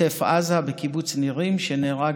בקיבוץ נירים בעוטף עזה, שנהרג